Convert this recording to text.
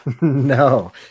No